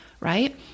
Right